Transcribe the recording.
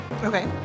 Okay